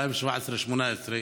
מ-2017 2018,